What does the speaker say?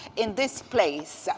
in this place.